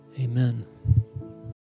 Amen